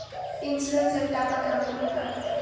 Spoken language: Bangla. ইন্সুরেন্স এর টাকা কেমন করি পাম?